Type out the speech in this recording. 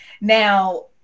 Now